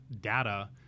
data